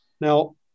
Now